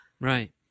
right